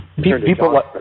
People